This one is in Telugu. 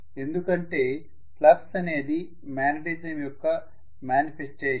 ఎందుకంటే ఫ్లక్స్ అనేది మాగ్నేటిజం యొక్క మానిఫెస్టేషన్